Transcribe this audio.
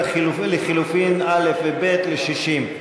מורידים לחלופין א' וב' ל-60.